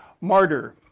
Martyr